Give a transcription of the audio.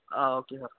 ആ okay sir